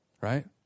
right